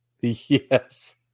Yes